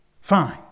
Fine